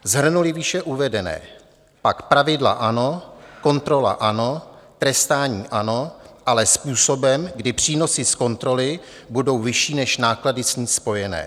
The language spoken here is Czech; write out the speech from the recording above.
Shrnuli výše uvedené, pak pravidla ano, kontrola ano, trestání ano, ale způsobem, kdy přínosy z kontroly budou vyšší než náklady s ní spojené.